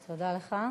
תודה לך.